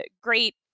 great